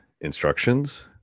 instructions